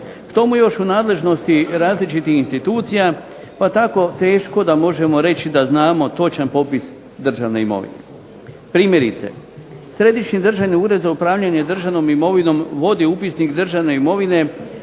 k tomu još u nadležnosti različitih institucija, pa tako teško možemo reći da znamo točan popis državne imovine. Primjerice, Središnji državni ured za upravljanje državnom imovinom vodi upisnik državne imovine